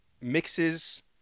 mixes